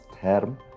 term